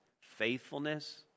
faithfulness